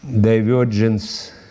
divergence